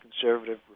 conservative